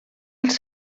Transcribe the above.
als